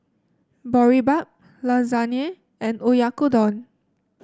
Boribap Lasagne and Oyakodon